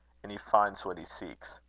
and he finds what he seeks.